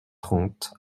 trente